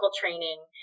training